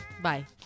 Bye